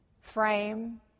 frame